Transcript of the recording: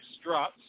struts